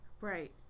Right